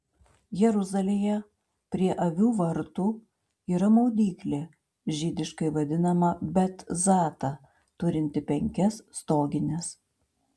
jeruzalėje prie avių vartų yra maudyklė žydiškai vadinama betzata turinti penkias stogines